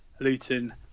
Luton